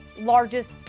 largest